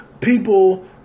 people